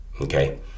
Okay